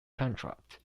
contract